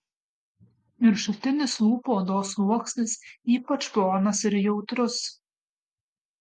viršutinis lūpų odos sluoksnis ypač plonas ir jautrus